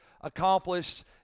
accomplished